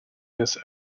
this